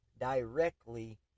directly